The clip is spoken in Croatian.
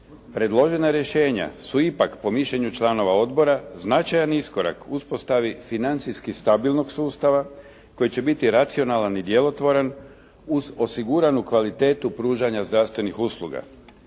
Predložena rješenja su ipak po mišljenju članova odbor značajan iskorak uspostavi financijski stabilnog sustava, koji će biti racionalan i djelotvoran uz osiguranu kvalitetu pružanja zdravstvenih usluga.